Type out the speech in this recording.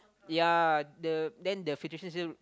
yea the then the filtration system